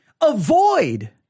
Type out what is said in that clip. avoid